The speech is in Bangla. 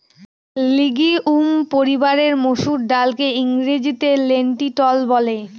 লিগিউম পরিবারের মসুর ডালকে ইংরেজিতে লেন্টিল বলে